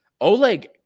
Oleg